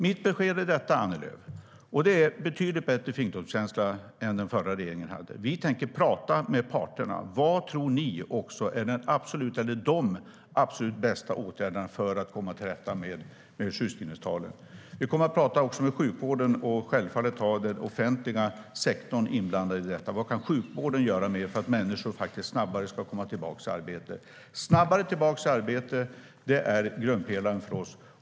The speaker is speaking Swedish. Mitt besked, Annie Lööf, är att vi tänker tala med parterna - det visar på betydligt bättre fingertoppskänsla än den förra regeringen hade - och fråga dem: Vad tror ni är de absolut bästa åtgärderna för att komma till rätta med sjukskrivningstalen? Vi kommer också att tala med sjukvården och självfallet ha den offentliga sektorn inblandad i detta. Vad kan sjukvården göra mer för att människor faktiskt snabbare ska komma tillbaka i arbete? Att människor snabbare ska komma tillbaka i arbete är grundpelaren för oss.